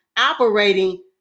operating